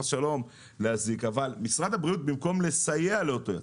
משרד הבריאות, במקום לסייע לאותו יצרן,